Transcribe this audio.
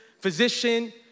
physician